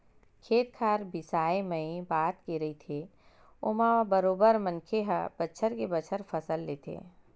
खेत खार बिसाए मए बात के रहिथे ओमा बरोबर मनखे ह बछर के बछर फसल लेथे